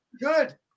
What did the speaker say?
good